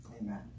Amen